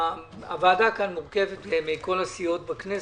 הוועדה כאן מורכבת מכל הסיעות בכנסת,